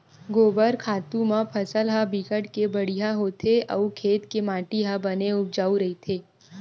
गोबर खातू म फसल ह बिकट के बड़िहा होथे अउ खेत के माटी ह बने उपजउ रहिथे